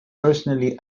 personally